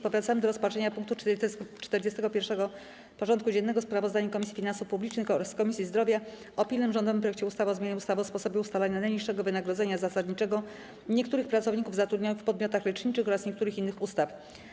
Powracamy do rozpatrzenia punktu 41. porządku dziennego: Sprawozdanie Komisji Finansów Publicznych oraz Komisji Zdrowia o pilnym rządowym projekcie ustawy o zmianie ustawy o sposobie ustalania najniższego wynagrodzenia zasadniczego niektórych pracowników zatrudnionych w podmiotach leczniczych oraz niektórych innych ustaw.